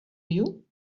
you